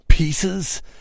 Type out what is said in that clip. Pieces